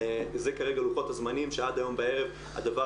זה כרגע לוחות הזמנים שעד היום בערב הדבר